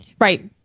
Right